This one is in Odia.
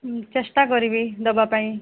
ଚେଷ୍ଟା କରିବି ଦେବା ପାଇଁ